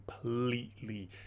completely